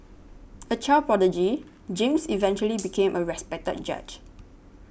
a child prodigy James eventually became a respected judge